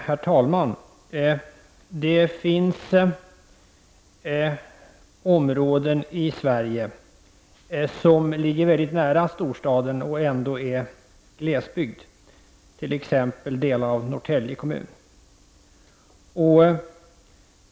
Herr talman. Det finns områden i Sverige som ligger väldigt nära storstaden och ändå är glesbygd, t.ex. delar av Norrtälje kommun.